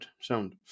Sound